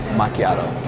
macchiato